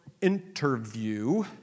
interview